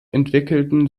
entwickelten